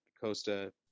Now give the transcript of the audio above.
Costa